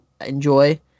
enjoy